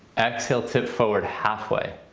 exhale tip forward halfway.